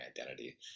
identity